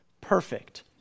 Perfect